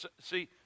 see